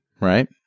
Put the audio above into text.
right